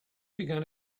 began